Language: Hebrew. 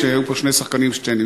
כשהיו כאן שני שחקנים צ'צ'נים.